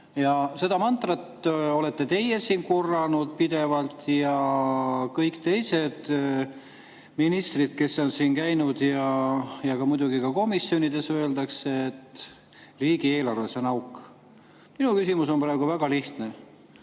Seda mantrat olete teie siin pidevalt korranud ja on kõik teised ministrid, kes on siin käinud, ja muidugi ka komisjonides öeldakse, et riigieelarves on auk. Minu küsimus on praegu väga lihtne,